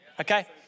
okay